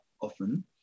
often